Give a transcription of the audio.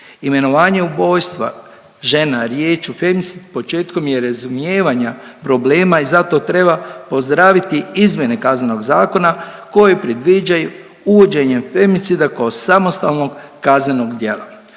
Imenovanje ubojstva žena, riječ o femicidu, početkom je razumijevanja problema i zato treba pozdraviti izmjene Kaznenog zakona koji predviđaju uvođenje femicida kao samostalnog kaznenog djela,